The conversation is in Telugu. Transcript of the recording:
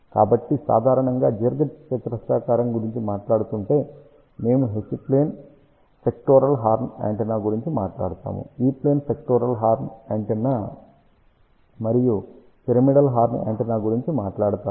కాబట్టి సాధారణంగా దీర్ఘచతురస్రాకారం గురించి మాట్లాడుతుంటే మేము H plane sectoral horn antenna గురించి మాట్లాడతాము E plane sectoral horn antenna మరియు పిరమిడల్ హార్న్ యాంటెన్నా గురించి మాట్లాడతాము